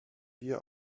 dir